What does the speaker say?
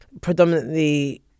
predominantly